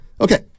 Okay